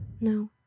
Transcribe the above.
No